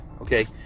Okay